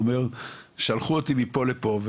אומר שלחו אותי מפה לפה,